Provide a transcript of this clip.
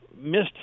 missed